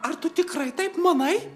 ar tu tikrai taip manai